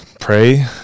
pray